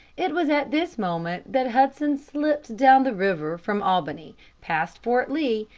it was at this moment that hudson slipped down the river from albany past fort lee,